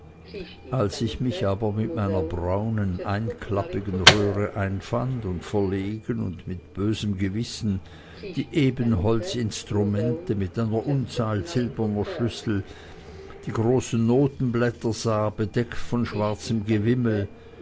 als ich mich aber mit meiner braunen einklappigen röhre einfand und verlegen und mit bösem gewissen die ebenholzinstrumente mit einer unzahl silberner schlüssel die großen notenblätter sah bedeckt von schwarzem gewimmel